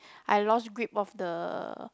I lost grip of the